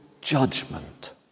judgment